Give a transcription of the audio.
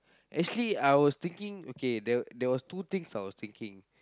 actually I was thinking okay there there was two things I was thinking